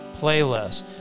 playlist